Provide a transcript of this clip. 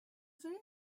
very